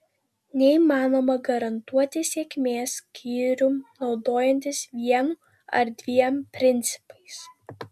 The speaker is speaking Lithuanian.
neįmanoma garantuoti sėkmės skyrium naudojantis vienu ar dviem principais